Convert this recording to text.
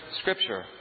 scripture